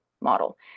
model